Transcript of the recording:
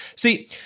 See